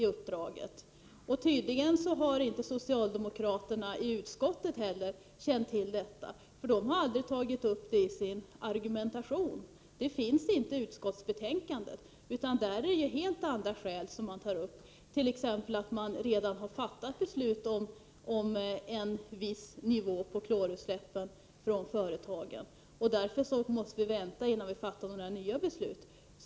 Tydligen har inte heller socialdemokraterna i utskottet känt till detta. De har ju aldrig tagit upp den saken i sin argumentation. I utskottsbetänkandet anförs i stället helt andra skäl, t.ex. att beslut redan har ' fattats om en viss nivå när det gäller företagens klorutsläpp. Därför måste vi vänta med nya beslut.